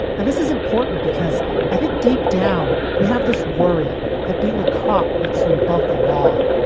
and this is important because i think deep down, we have this worry that being a cop makes you above the law.